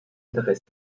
interessen